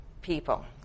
people